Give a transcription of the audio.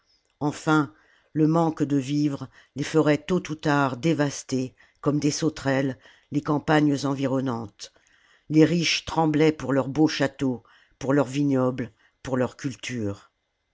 enfin le manque de vivres les ferait tôt ou tard dévaster comme des sauterelles les campagnes environnantes les riches tremblaient pour leurs beaux châteaux pour leurs vignobles pour leurs cultures